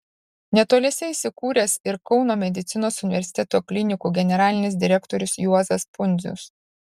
netoliese įsikūręs ir kauno medicinos universiteto klinikų generalinis direktorius juozas pundzius